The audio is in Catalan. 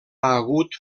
hagut